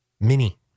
Mini